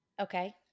Okay